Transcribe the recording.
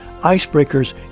Icebreakers